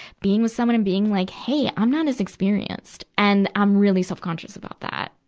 being with someone and being like, hey, i'm not as experienced. and i'm really self-conscious about that.